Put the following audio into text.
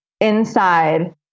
inside